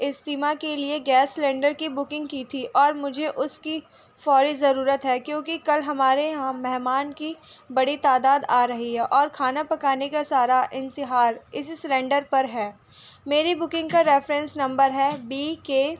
استعمال کے لیے گیس سلنڈر کی بکنگ کی تھی اور مجھے اس کی فوری ضرورت ہے کیونکہ کل ہمارے یہاں مہمان کی بڑی تعداد آ رہی ہے اور کھانا پکانے کا سارا انحصار اسی سلنڈر پر ہے میری بکنگ کا ریفرینس نمبر ہے بی کے